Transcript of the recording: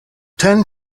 ten